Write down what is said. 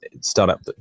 startup